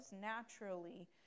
naturally